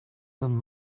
them